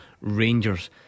Rangers